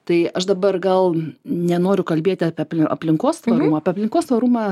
tai aš dabar gal nenoriu kalbėti apie aplinkos tvarumą apie aplinkos tvarumą